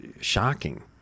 shocking